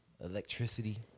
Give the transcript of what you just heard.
electricity